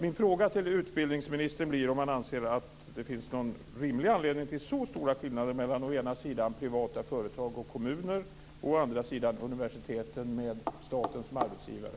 Min fråga till utbildningsministern blir om han anser att det finns någon rimlig anledning till att det är så stora skillnader mellan å ena sidan privata företag och kommuner och å andra sidan universiteten med staten som arbetsgivare.